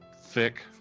thick